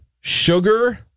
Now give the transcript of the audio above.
Sugar